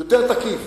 יותר תקיף.